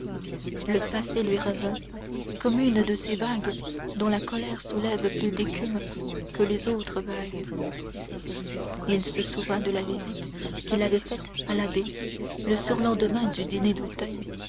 le passé lui revint comme une de ces vagues dont la colère soulève plus d'écume que les autres vagues il se souvint de la visite qu'il avait faite à l'abbé le surlendemain du dîner